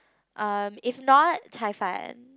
um if not 菜饭